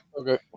Okay